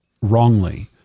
wrongly